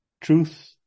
truth